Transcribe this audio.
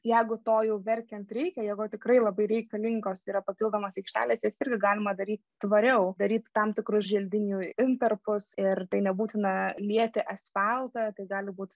jeigu tau jų verkiant reikia jeigu jau tikrai labai reikalingos yra papildomos aikštelės jas irgi galima daryti tvariau daryt tam tikrus želdinių intarpus ir tai nebūtina lieti asfaltą tai gali būt